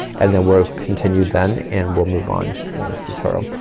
and then we'll continue then, and we'll move on in this tutorial.